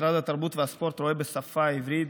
משרד התרבות והספורט רואה בשפה העברית,